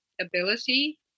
ability